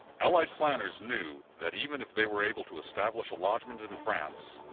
allied planners knew that, even if they were able to establish a lodgment in france,